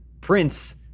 Prince